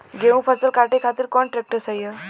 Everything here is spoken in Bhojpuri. गेहूँक फसल कांटे खातिर कौन ट्रैक्टर सही ह?